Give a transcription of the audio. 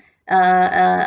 uh uh